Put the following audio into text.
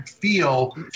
feel